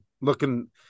Looking